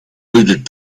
looted